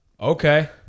Okay